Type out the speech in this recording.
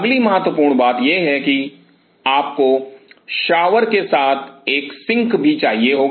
अगली महत्वपूर्ण बात यह है कि आपको शॉवर के साथ एक सिंक भी चाहिए होगा